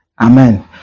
Amen